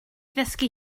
ddysgu